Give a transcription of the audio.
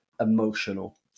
emotional